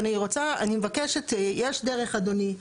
אני רוצה, אני מבקשת, יש דרך אדוני.